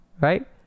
right